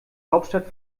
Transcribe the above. hauptstadt